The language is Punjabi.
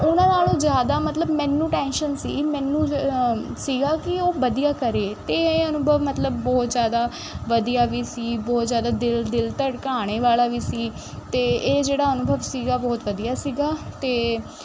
ਉਹਨਾਂ ਨਾਲੋਂ ਜ਼ਿਆਦਾ ਮਤਲਬ ਮੈਨੂੰ ਟੈਂਸ਼ਨ ਸੀ ਮੈਨੂੰ ਸੀਗਾ ਕਿ ਉਹ ਵਧੀਆ ਕਰੇ ਅਤੇ ਇਹ ਅਨੁਭਵ ਮਤਲਬ ਬਹੁਤ ਜ਼ਿਆਦਾ ਵਧੀਆ ਵੀ ਸੀ ਬਹੁਤ ਜ਼ਿਆਦਾ ਦਿਲ ਦਿਲ ਧੜਕਾਉਣ ਵਾਲਾ ਵੀ ਸੀ ਅਤੇ ਇਹ ਜਿਹੜਾ ਅਨੁਭਵ ਸੀਗਾ ਬਹੁਤ ਵਧੀਆ ਸੀਗਾ ਅਤੇ